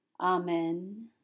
Amen